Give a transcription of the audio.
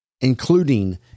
including